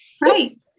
Right